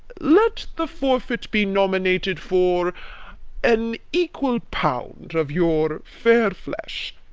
let the forfeit be nominated for an equal pound of your fair flesh,